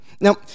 Now